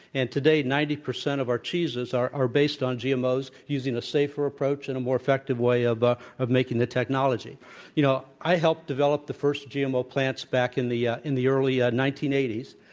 and today, ninety percent of our cheeses are based on gmos, using a safer approach and a more effective way of ah of making the technology you know, i helped develop the first gmo plants back in the yeah in the early ah nineteen eighty s.